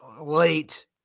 late